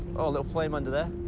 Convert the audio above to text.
oh, a little flame under there.